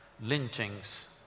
lynchings